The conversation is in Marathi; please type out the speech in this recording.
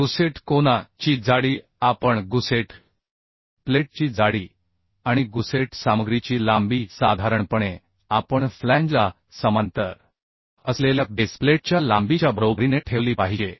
गुसेट कोना ची जाडी आपण गुसेट प्लेटची जाडी आणि गुसेट सामग्रीची लांबी साधारणपणे आपण फ्लॅंजला समांतर असलेल्या बेस प्लेटच्या लांबीच्या बरोबरीने ठेवली पाहिजे